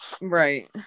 Right